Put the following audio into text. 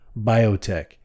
biotech